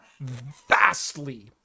vastly